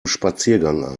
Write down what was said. spaziergang